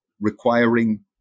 requiring